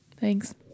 thanks